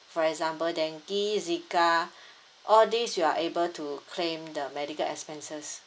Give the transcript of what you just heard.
for example dengue zika all these you are able to claim the medical expenses